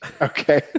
Okay